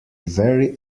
very